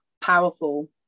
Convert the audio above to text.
powerful